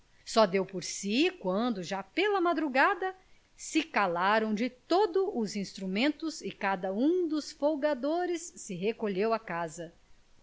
só deu por si quando já pela madrugada se calaram de todo os instrumentos e cada um dos folgadores se recolheu à casa